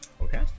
Okay